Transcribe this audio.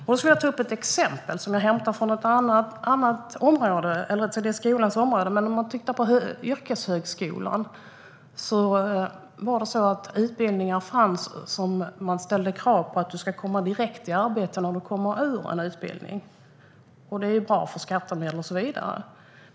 Jag skulle vilja ta ett exempel hämtat från ett annat område, yrkeshögskolan. Det har funnits utbildningar där det ställts krav på att du ska komma direkt i arbete när du går ut en utbildning, och det är ju bra för skattemedlen och så vidare.